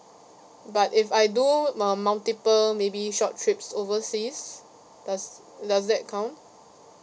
but if I do mul~ multiple maybe short trips overseas does does that count